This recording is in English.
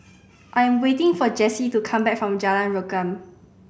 I am waiting for Jessi to come back from Jalan Rukam